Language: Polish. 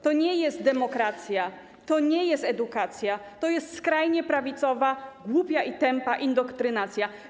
To nie jest demokracja, to nie jest edukacja, to jest skrajnie prawicowa, głupia i tępa indoktrynacja.